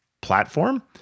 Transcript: platform